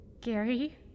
Gary